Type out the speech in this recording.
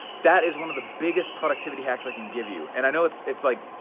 that is one of the biggest productivity hacks i can give you and i know it's it's like,